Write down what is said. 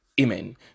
Amen